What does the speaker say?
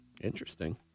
Interesting